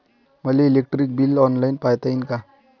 मले electric bill online पायता येईन का?